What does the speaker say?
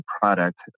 product